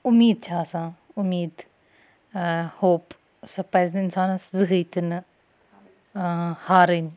اُمیٖد چھِ آسان اُمیٖد ہوپ سۄ پَز نہٕ اِنسانَس زٕہِنۍ تہِ نہٕ ہارٕنۍ